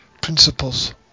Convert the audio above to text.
Principles